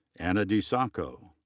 anna d. sacco.